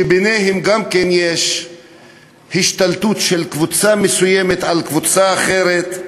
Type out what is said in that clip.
וגם ביניהן יש השתלטות של קבוצה מסוימת על קבוצה אחרת,